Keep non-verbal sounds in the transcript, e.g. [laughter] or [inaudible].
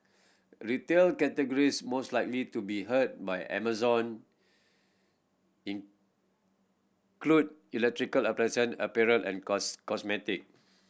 retail categories most likely to be hurt by Amazon [unintelligible] include electrical appliance apparel and cos cosmetics